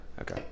Okay